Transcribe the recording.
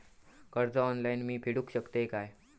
कर्ज ऑनलाइन मी फेडूक शकतय काय?